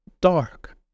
dark